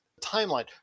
timeline